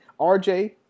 RJ